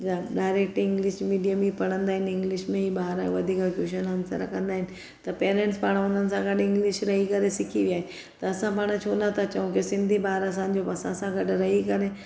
direct English medium में ई पढ़ीदा आहिनि इंग्लिश में ई ॿार वधीक क्वेशन आंसर कंदा आहिनि त पेरेंट्स पाणि हुननि सां गॾु इंग्लिश रही करे सिखी विया आहिनि त असां पाणि छो नथा चऊं की सिंधी ॿार असांजो सां गॾु रही करे